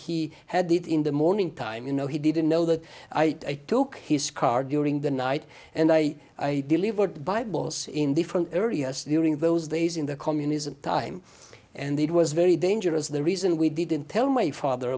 he had it in the morning time you know he didn't know that i took his car during the night and i delivered by boss in different areas during those days in the communism time and it was very dangerous the reason we didn't tell my father